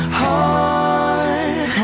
heart